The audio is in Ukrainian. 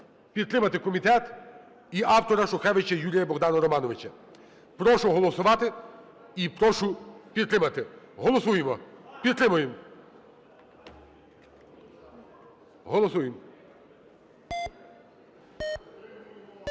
підтримати комітет і автора Шухевича Юрія-Богдана Романовича. Прошу голосувати і прошу підтримати. Голосуємо, підтримуємо! Голосуємо. 12:57:21